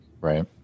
Right